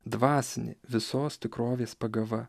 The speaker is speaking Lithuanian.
dvasinė visos tikrovės pagava